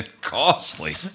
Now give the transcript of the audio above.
Costly